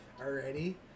already